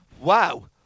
Wow